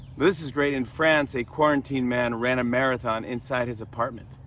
this is great in france, a quarantined man ran a marathon inside his apartment.